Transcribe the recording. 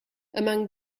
among